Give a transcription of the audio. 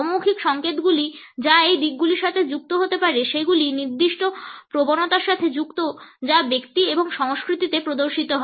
অ মৌখিক সংকেতগুলি যা এই দিকগুলির সাথে যুক্ত হতে পারে সেগুলি নির্দিষ্ট প্রবণতার সাথে যুক্ত যা ব্যক্তি এবং সংস্কৃতিতে প্রদর্শিত হয়